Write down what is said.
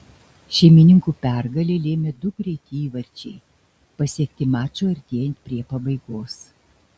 šeimininkų pergalę lėmė du greiti įvarčiai pasiekti mačui artėjant prie pabaigos